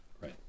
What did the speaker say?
Right